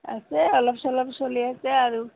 আছে এই অলপ চলপ চলি আছে আৰু